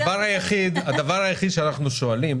הדבר היחיד שאנחנו שואלים